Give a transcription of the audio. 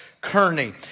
Kearney